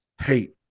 Hate